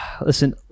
listen